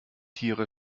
tiere